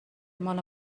مال